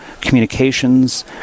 communications